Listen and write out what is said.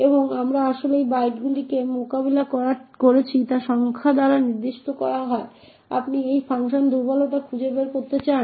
এবং আমরা আসলে যে বাইটগুলি মোকাবেলা করছি তা সংখ্যা দ্বারা নির্দিষ্ট করা হয় আপনি এই ফাংশন দুর্বলতা খুঁজে বের করতে চান